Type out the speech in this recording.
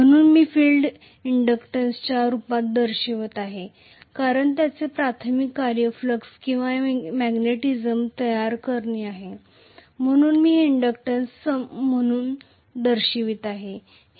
म्हणून मी फील्ड इंडक्टन्सच्या रूपात दर्शवित आहे कारण त्याचे प्राथमिक कार्य फ्लक्स किंवा मॅग्नेटिझम तयार करणे आहे म्हणून मी हे इंडक्टन्स म्हणून दर्शवित आहे